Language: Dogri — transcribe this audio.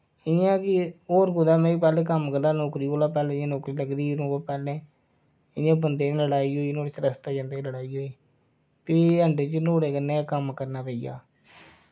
इयां कि और कुतै में बी पैह्ले कम्म करदा नौकरी कोला पैह्ले नौकरी लग्गी दी ओह्दे कोला पैह्ले इयां बंदे दी लड़ाई होई नुआढ़ी रस्ते जन्दै लड़ाई होई फ्ही एंड च नुआढ़े कन्नै गै कम्म करना पेइया